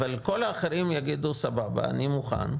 אבל כל האחרים יגידו: סבבה, אני מוכן.